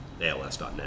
ALS.net